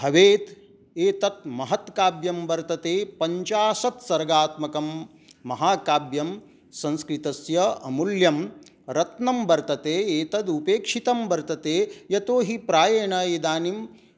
भवेत् एतत् महत् काव्यं वर्तते पञ्चाशत् सर्गात्मकं महाकाव्यं संस्कृतस्य अमूल्यं रत्नं वर्तते एतद् उपेक्षितं वर्तते यतोऽहि प्रायेण इदानीं